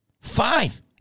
Five